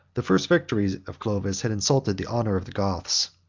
the first victory of clovis had insulted the honor of the goths.